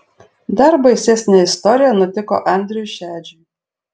dar baisesnė istorija nutiko andriui šedžiui